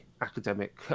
academic